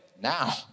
now